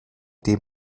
dem